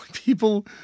People